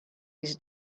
his